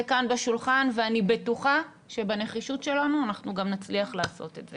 כאן בשולחן ואני בטוחה שבנחישות שלנו אנחנו גם נצליח לעשות את זה.